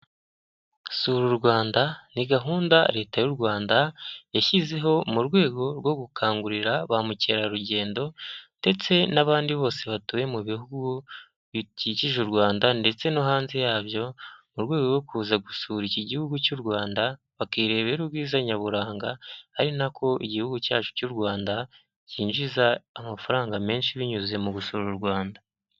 Sura u Rwanda ni gahunda leta y'u Rwanda yashyizeho mu rwego rwo gukangurira ba mukerarugendo ndetse n'abandi bose batuye mu bihugu bikikije u Rwanda ndetse no hanze yabyo, mu rwego rwo kuza gusura iki gihugu cy'u Rwanda bakirebera ubwiza nyaburanga, ari nako igihugu cyacu cy'u Rwanda kinjiza amafaranga menshi binyuze mu gusura u Rwanda.